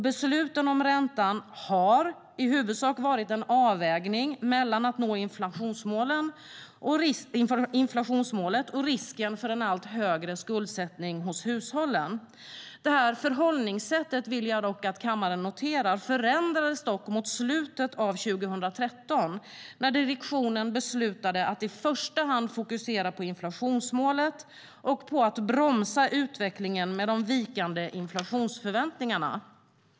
Besluten om räntan har i huvudsak varit en avvägning mellan att nå inflationsmålet och risken för en allt högre skuldsättning hos hushållen. Det förhållningssättet - och det vill jag att kammaren noterar - förändrades dock mot slutet av 2013 när direktionen beslutade att i första hand fokusera på inflationsmålet och bromsa utvecklingen med de vikande inflationsförväntningarna.